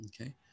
Okay